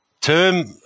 term